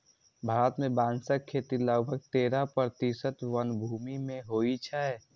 भारत मे बांसक खेती लगभग तेरह प्रतिशत वनभूमि मे होइ छै